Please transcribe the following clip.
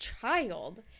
child